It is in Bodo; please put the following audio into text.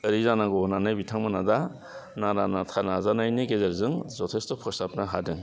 ओरै जानांगौ होन्नानै बिथांमोना दा नारा नाथा नाजानायनि गेजेरजों जथेस्थ' फोसाबनो हादों